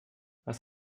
was